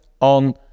on